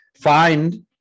find